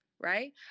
right